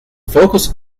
focus